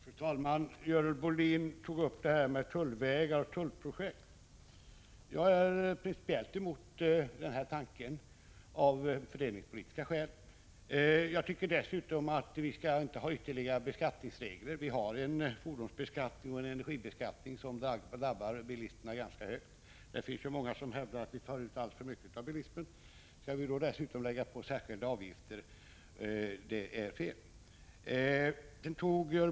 Fru talman! Görel Bohlin tog upp frågan om tullvägar och tullprojekt. Jag är av fördelningspolitiska skäl principiellt emot den här tanken. Jag tycker dessutom att vi inte bör ha ytterligare skatter. Vi har redan en fordonsskatt och en energiskatt som i ganska hög grad drabbar bilisterna. Det finns många som hävdar att vi tar ut alldeles för mycket av bilismen. Att då lägga på bilismen ytterligare avgifter vore felaktigt.